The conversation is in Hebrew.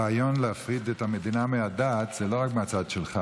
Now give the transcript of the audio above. הרעיון להפריד את המדינה מהדת זה לא רק מהצד שלך.